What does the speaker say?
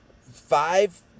Five